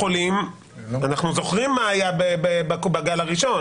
אנחנו זוכרים מה היה בגל הראשון.